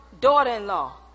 daughter-in-law